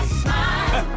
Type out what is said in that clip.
smile